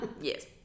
Yes